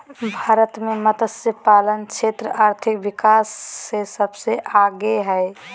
भारत मे मतस्यपालन क्षेत्र आर्थिक विकास मे सबसे आगे हइ